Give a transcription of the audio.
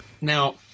Now